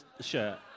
shirt